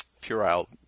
puerile